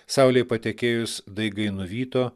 saulei patekėjus daigai nuvyto